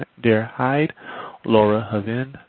ah carasin-vanderhyde, laura hovind,